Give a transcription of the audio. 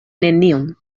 nenion